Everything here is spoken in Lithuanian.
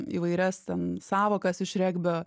įvairias ten sąvokas iš regbio